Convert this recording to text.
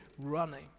running